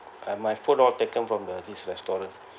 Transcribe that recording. and my food all taken from the this restaurant